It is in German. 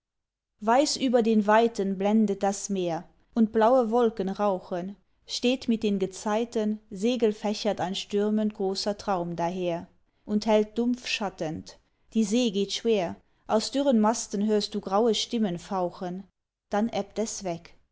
weiß über den weiten blendet das meer und blaue wolken rauchen steht mit den gezeiten segel fächert ein stürmend großer traum daher und hält dumpf schattend die see geht schwer aus dürren masten hörst du graue stimmen fauchen dann ebbt es weg